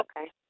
Okay